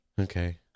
Okay